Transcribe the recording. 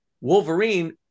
Wolverine